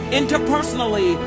interpersonally